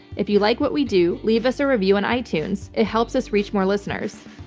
if you like what we do, leave us a review on itunes. it helps us reach more listeners.